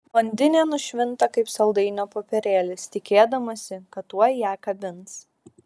blondinė nušvinta kaip saldainio popierėlis tikėdamasi kad tuoj ją kabins